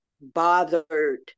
bothered